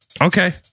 Okay